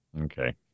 Okay